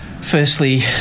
firstly